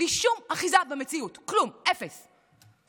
בלי שום אחיזה במציאות, כלום, אפס.